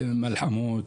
מלחמות,